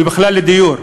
ובכלל לדיור.